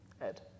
Ed